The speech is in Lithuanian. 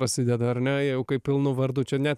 pasideda ar ne jau kai pilnu vardu čia ne